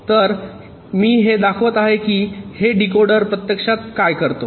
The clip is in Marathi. तर मी हे दाखवत आहे की हे डीकोडर प्रत्यक्षात काय करतो